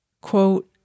Quote